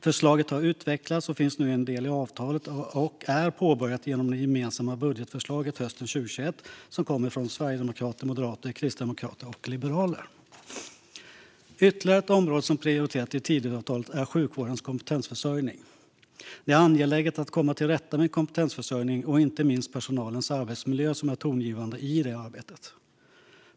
Förslaget har utvecklats och finns nu som en del i avtalet. Det är påbörjat genom det gemensamma budgetförslaget hösten 2021 som kom från Sverigedemokraterna, Moderaterna, Kristdemokraterna och Liberalerna. Ytterligare ett område som är prioriterat i Tidöavtalet är sjukvårdens kompetensförsörjning. Det är angeläget att komma till rätta med kompetensförsörjningen och inte minst personalens arbetsmiljö, som är tongivande i det arbetet.